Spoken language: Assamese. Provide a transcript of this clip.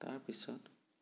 তাৰ পিছত